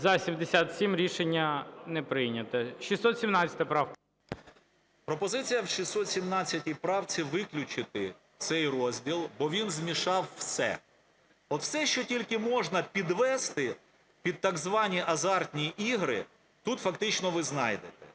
За-77 Рішення не прийнято. 617 правка. 14:10:57 СОБОЛЄВ С.В. Пропозиція в 617 правці: виключити цей розділ, бо він змішав все. От все, що тільки можна підвести під так звані азартні ігри, тут фактично ви знайдете.